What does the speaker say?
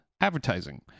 Advertising